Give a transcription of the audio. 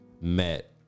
met